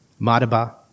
Madaba